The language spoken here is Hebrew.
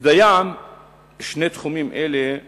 ודי בשני תחומים אלה כדוגמה.